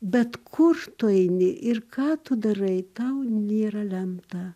bet kur tu eini ir ką tu darai tau nėra lemta